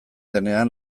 denean